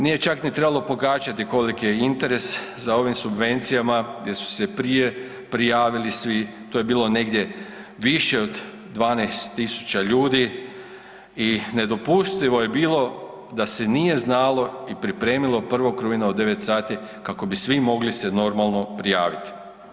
Nije čak ni trebalo pogađati koliki je interes za ovim subvencijama gdje su se prije prijavili svi, to je bilo negdje više od 12 tisuća ljudi i nedopustivo je bilo da se nije znalo i pripremilo 1. rujna u 9 sati kako bi svi mogli se normalno prijaviti.